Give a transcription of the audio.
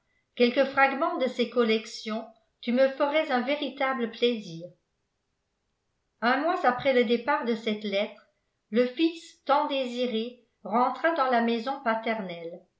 quelque fragment de ses collections tu me ferais un véritable plaisir un mois après le départ de cette lettre le fils tant désiré rentra dans la maison paternelle